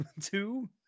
two